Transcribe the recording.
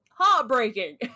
Heartbreaking